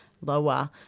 lower